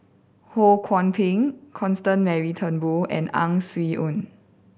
Ho Kwon Ping Constance Mary Turnbull and Ang Swee Aun